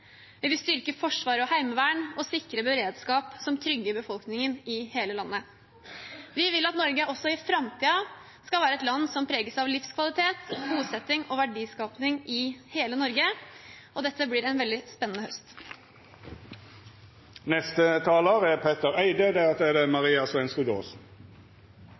vi vil sikre et reelt nærpoliti, vi vil sikre en likeverdig og fullverdig ambulansetjeneste, vi vil styrke forsvar og heimevern og sikre beredskap som trygger befolkningen i hele landet. Vi vil at Norge også i framtiden skal preges av livskvalitet, bosetting og verdiskaping i hele landet. Dette blir en veldig spennende høst.